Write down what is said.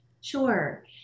Sure